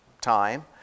time